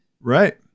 Right